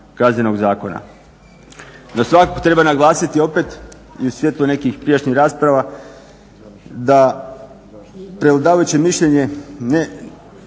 Kaznenog zakona. Da svakako treba naglasiti opet i u svjetlu nekih prijašnjih rasprava da prevladavajuće mišljenje nije